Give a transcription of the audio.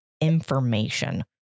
information